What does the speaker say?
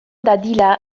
dadila